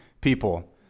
people